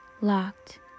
locked